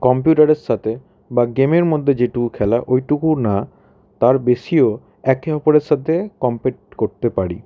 কম্পিউটারের সাথে বা গেমের মধ্যে যেটুকু খেলা ওইটুকু না তার বেশিও একে অপরের সাথে কমপ্লিট করতে পারি